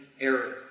error